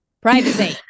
privacy